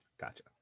Gotcha